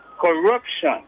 corruption